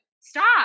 Stop